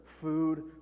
food